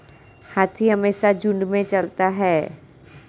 हाथी हमेशा झुंड में चलता है